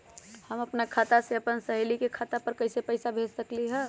हम अपना खाता से अपन सहेली के खाता पर कइसे पैसा भेज सकली ह?